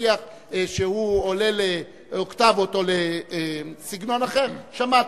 דו-שיח שעולה לאוקטבות או לסגנון אחר, שמעתי.